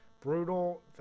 brutal